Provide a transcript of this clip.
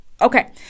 Okay